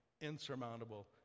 insurmountable